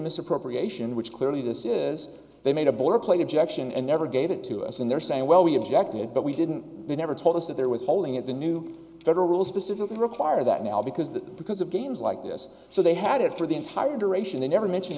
misappropriation which clearly this is they made a boulder play objection and never gave it to us and they're saying well we objected but we didn't they never told us that they're withholding it the new federal rules specifically require that now because that because of games like this so they had it for the entire duration they never mention